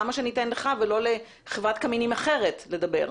למה שניתן לך ולא לחברת קמינים אחרת לדבר?